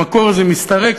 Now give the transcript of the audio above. במקור זה "מסתרקת",